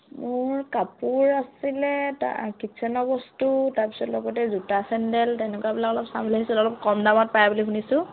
মোৰ কাপোৰ আছিলে ত কিটছেনৰ বস্তু তাৰপিছত লগতে জোতা চেণ্ডেল তেনেকুৱাবিলাক অলপ চাম বুলি আহিছিলো অলপ কম দামত পায় বুলি শুনিছোঁ